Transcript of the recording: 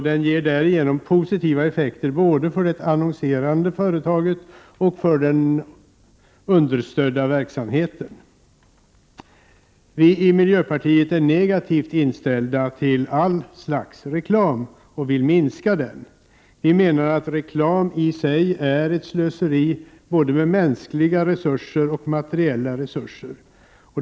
Den ger därigenom positiva effekter både för det annonserande företaget och för den understödda verksamheten. Vi i miljöpartiet är negativt inställda till allt slags reklam och vill minska den. Vi menar att reklam i sig är ett slöseri med både mänskliga och materiella resurser.